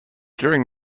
during